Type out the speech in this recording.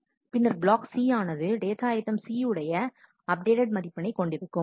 பின்னர் block C ஆனது data item C உடைய அப்டேட்டடு மதிப்பினை கொண்டிருக்கும்